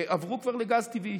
עברו כבר לגז טבעי.